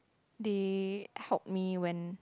they helped me when